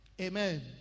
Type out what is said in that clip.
Amen